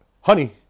Honey